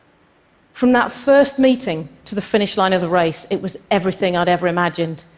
from that first meeting to the finish line of the race, it was everything i'd ever imagined.